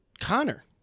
Connor